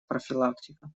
профилактика